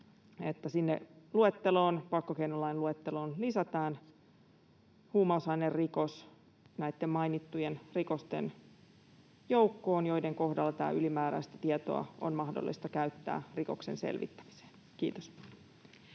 sinne pakkokeinolain luetteloon lisätään huumausainerikos näiden mainittujen rikosten joukkoon, joiden kohdalla tätä ylimääräistä tietoa on mahdollista käyttää rikoksen selvittämiseen. — Kiitos.